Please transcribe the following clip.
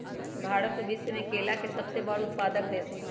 भारत विश्व में केला के सबसे बड़ उत्पादक देश हई